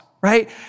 right